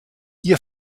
ihr